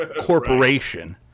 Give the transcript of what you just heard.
Corporation